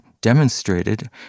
demonstrated